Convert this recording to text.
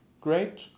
great